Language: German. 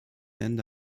ende